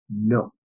No